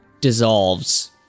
dissolves